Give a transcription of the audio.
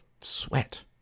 sweat